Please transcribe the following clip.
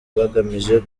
bagamije